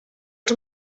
els